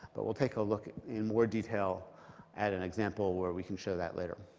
but we'll take a look in more detail at an example where we can show that later.